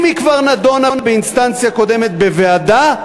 אם היא כבר נדונה באינסטנציה קודמת בוועדה,